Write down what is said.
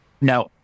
No